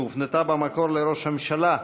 שהופנתה במקור לראש הממשלה.